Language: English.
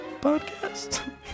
Podcast